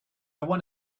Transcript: want